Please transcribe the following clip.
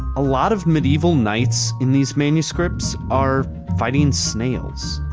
a lot of medieval knights in these manuscripts are. fighting snails.